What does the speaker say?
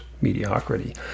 mediocrity